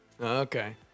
Okay